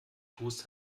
tust